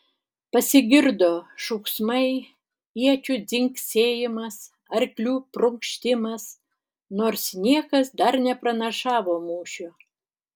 pasigirdo šūksmai iečių dzingsėjimas arklių prunkštimas nors niekas dar nepranašavo mūšio